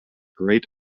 great